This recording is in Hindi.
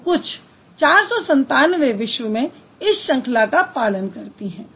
तो कुछ 497 विश्व में इस श्रंखला का पालन करती हैं